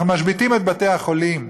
אנחנו משביתים את בתי-החולים.